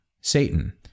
Satan